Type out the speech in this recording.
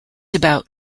about